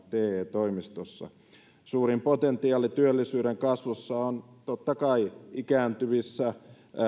suurin potentiaali työllisyyden kasvussa on totta kai ikääntyvissä